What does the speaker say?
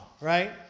right